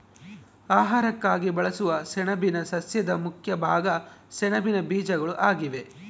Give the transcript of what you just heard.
ಆಹಾರಕ್ಕಾಗಿ ಬಳಸುವ ಸೆಣಬಿನ ಸಸ್ಯದ ಮುಖ್ಯ ಭಾಗ ಸೆಣಬಿನ ಬೀಜಗಳು ಆಗಿವೆ